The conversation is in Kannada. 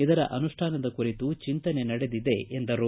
ಇದರ ಅನುಷ್ಠಾನದ ಕುರಿತು ಚಿಂತನೆ ನಡೆದಿದೆ ಎಂದರು